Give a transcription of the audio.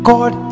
God